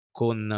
con